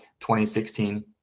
2016